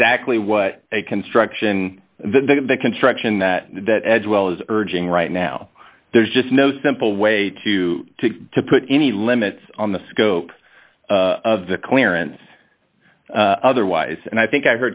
exactly what a construction the construction that that as well as urging right now there's just no simple way to put any limits on the scope of the clearance otherwise and i think i